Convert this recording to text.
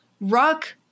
rock